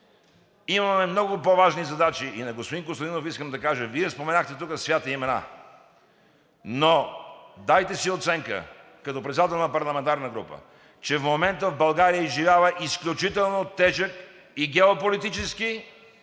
Имаме много по-важни задачи. На господин Костадинов искам да кажа: Вие споменахте тук свети имена. Но дайте си оценка като председател на парламентарна група, че в момента България изживява изключително тежък и геополитически,